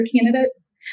candidates